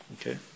Okay